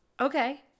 okay